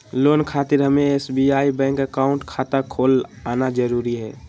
Loan खातिर हमें SBI bank account खाता खोल आना जरूरी है?